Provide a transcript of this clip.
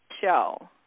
show